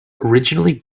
originally